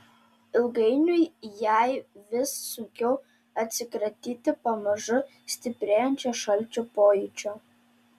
ilgainiui jai vis sunkiau atsikratyti pamažu stiprėjančio šalčio pojūčio